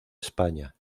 españa